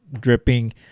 dripping